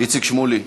איציק שמולי,